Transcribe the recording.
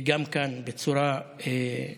וגם כאן בצורה גאה.